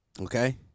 Okay